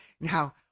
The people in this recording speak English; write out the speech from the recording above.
Now